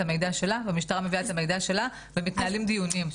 המידע שלה והמשטרה מביאה את המידע שלה ומתנהלים דיונים.